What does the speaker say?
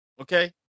Okay